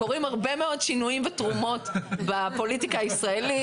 קורים הרבה מאוד שינויים ותרומות בפוליטיקה הישראלית.